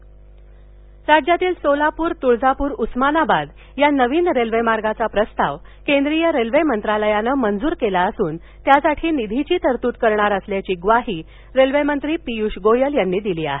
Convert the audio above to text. Solapur Tuljapur Osmanabad railway राज्यातील सोलापूर तुळजापूर उस्मानाबाद या नवीन रेल्वे मार्गाचा प्रस्ताव केंद्रीय रेल्वे मंत्रालयानं मंजूर केला असून यासाठी निधीची तरतूद करणार असल्याची ग्वाही रेल्वे मंत्री पियूष गोयल यांनी दिली आहे